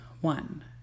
One